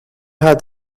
had